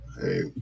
hey